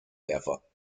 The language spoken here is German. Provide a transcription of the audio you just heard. werfer